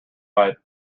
right